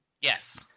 Yes